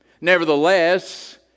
Nevertheless